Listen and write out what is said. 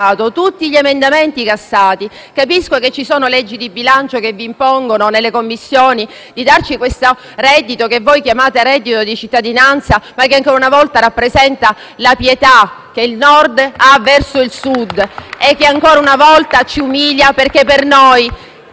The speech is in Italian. tutti gli emendamenti cassati. Capisco che ci sono leggi di bilancio che vi impongono nelle Commissioni di darci quel reddito che voi chiamate di cittadinanza, ma che ancora una volta rappresenta la pietà del Nord verso il Sud e che ancora una volta ci umilia, perché per noi